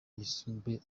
yisumbuye